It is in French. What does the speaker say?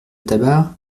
tabac